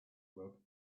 club